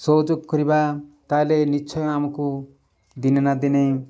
ସହଯୋଗ କରିବା ତା'ହେଲେ ନିଶ୍ଚୟ ଆମକୁ ଦିନେ ନା ଦିନେ